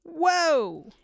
Whoa